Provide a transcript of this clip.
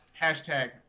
hashtag